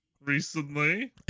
Recently